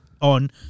on